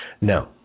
No